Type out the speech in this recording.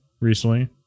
recently